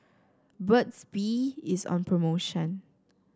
Burt's Bee is on promotion